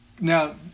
Now